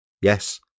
Yes